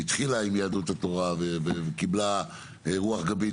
היא התחילה עם יהדות התורה וקיבלה רוח גבית